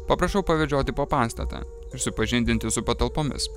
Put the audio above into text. paprašau pavedžioti po pastatą ir supažindinti su patalpomis